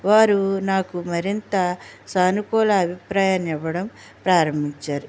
వారు నాకు మరింత సానుకూల అభిప్రాయాన్ని ఇవ్వడం ప్రారంభించారు